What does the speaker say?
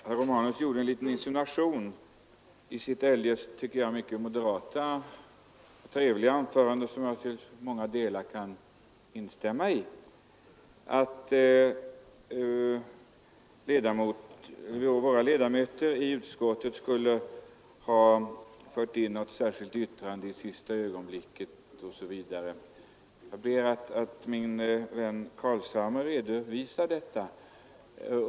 Herr talman! Herr Romanus gjorde en insinuation i sitt eljest mycket moderata och trevliga anförande, som jag till många delar kan instämma i, nämligen att våra ledamöter i utskottet skulle ha fört in ett särskilt yttrande i sista ögonblicket osv. Jag ber att min partivän herr Carlshamre redovisar detta.